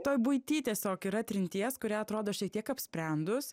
toj buity tiesiog yra trinties kuri atrodo šiek tiek apsprendus